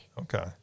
Okay